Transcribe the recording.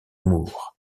moore